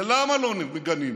ולמה לא מגנים?